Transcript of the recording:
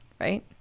right